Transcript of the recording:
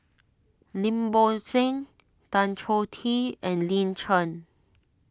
Lim Bo Seng Tan Choh Tee and Lin Chen